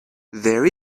there